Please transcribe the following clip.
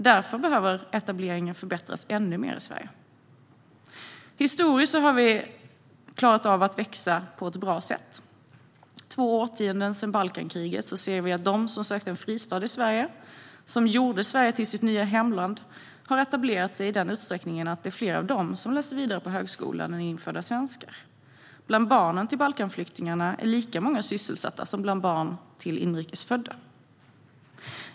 Därför behöver etableringen förbättras ännu mer i Sverige. Historiskt har vi klarat av att växa på ett bra sätt. Två årtionden efter Balkankriget ser vi att de som sökte en fristad i Sverige, som gjorde Sverige till sitt nya hemland, har etablerat sig i den utsträckningen att det är fler av dem som läser vidare på högskolan än infödda svenskar. Bland barnen till Balkanflyktingarna är lika många sysselsatta som bland barn till inrikes födda.